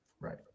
Right